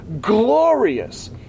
glorious